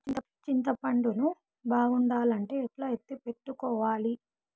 చింతపండు ను బాగుండాలంటే ఎట్లా ఎత్తిపెట్టుకోవాలి?